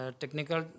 technical